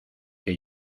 que